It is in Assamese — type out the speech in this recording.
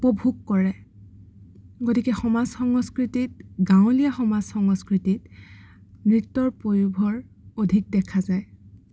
উপভোগ কৰে গতিকে সমাজ সংস্কৃতিত গাঁৱলীয়া সমাজ সংস্কৃতিত নৃত্যৰ পয়োঁভৰ অধিক দেখা যায়